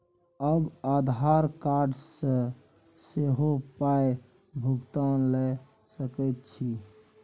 आब आधार कार्ड सँ सेहो पायक भुगतान ल सकैत छी